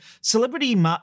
celebrity